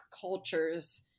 cultures